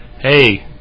hey